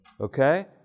okay